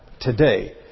today